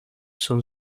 son